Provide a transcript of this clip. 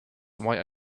why